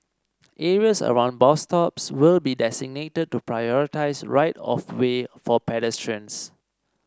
areas around bus stops will be designated to prioritise right of way for pedestrians